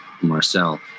Marcel